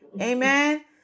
amen